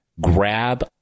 Grab